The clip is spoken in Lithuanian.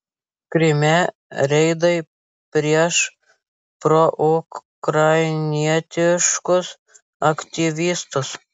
kryme reidai prieš proukrainietiškus aktyvistus